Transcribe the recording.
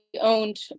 owned